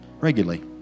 regularly